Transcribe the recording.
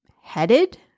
headed